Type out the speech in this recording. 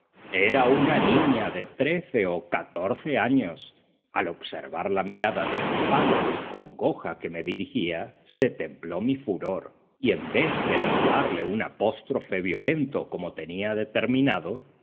era una niña de trece o catorce años al observar la mirada de espanto y congoja que me dirigía se templó mi furor y en vez de lanzarle un apóstrofe violento como tenía determinado